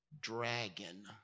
dragon